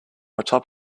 atop